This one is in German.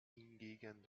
hingegen